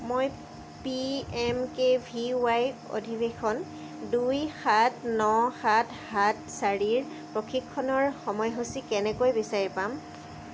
মই P M K V Y অধিৱেশন দুই সাত ন সাত সাত চাৰিৰ প্ৰশিক্ষণৰ সময়সূচী কেনেকৈ বিচাৰি পাম